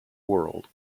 world